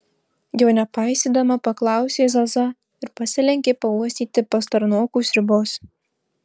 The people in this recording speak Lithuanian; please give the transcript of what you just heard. jo nepaisydama paklausė zaza ir pasilenkė pauostyti pastarnokų sriubos